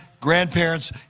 grandparents